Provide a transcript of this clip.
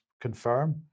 confirm